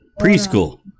preschool